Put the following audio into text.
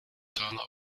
ferner